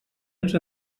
ens